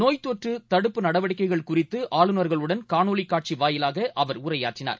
நோய் தொற்றுதடுப்பு நடவடிக்கைகள் குறித்துஆளுநர்களுடன் காணொலிகாட்சிவாயிலாகஅவர் உரையாற்றினார்